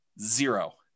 Zero